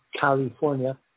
California